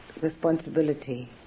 responsibility